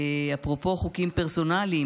אפרופו חוקים פרסונליים,